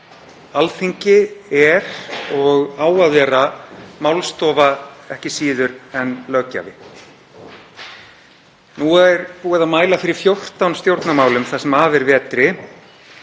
Alþingi er og á að vera málstofa ekki síður en löggjafi. Nú er búið að mæla fyrir 14 stjórnarmálum það sem af er vetri